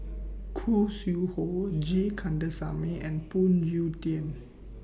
Khoo Sui Hoe G Kandasamy and Phoon Yew Tien